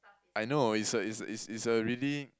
I know it's a it's it's it's a really